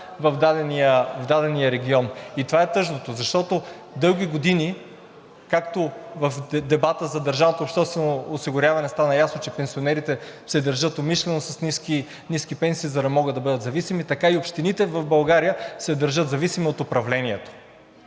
в дадения регион. И това е тъжното, защото дълги години, както в дебата за държавното обществено осигуряване стана ясно, че пенсионерите се държат умишлено с ниски пенсии, за да могат да бъдат зависими, така и общините в България се държат зависими от управлението.